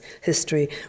History